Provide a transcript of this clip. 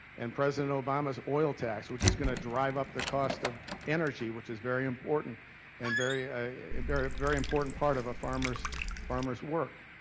and president obama's oil tax, which is gonna drive up the cost of energy, which is very important and very a very very important part of a farmer's farmer's work.